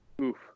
Oof